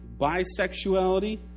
bisexuality